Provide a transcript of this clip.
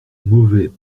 mauvais